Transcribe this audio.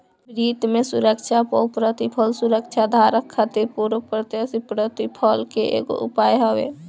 वित्त में सुरक्षा पअ प्रतिफल सुरक्षाधारक खातिर पूर्व प्रत्याशित प्रतिफल के एगो उपाय हवे